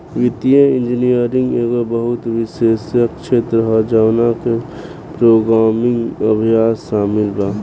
वित्तीय इंजीनियरिंग एगो बहु विषयक क्षेत्र ह जवना में प्रोग्रामिंग अभ्यास शामिल बा